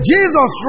Jesus